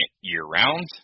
year-round